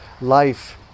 life